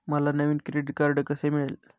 मला नवीन credit card कसे मिळेल?